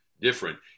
different